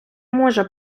може